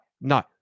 No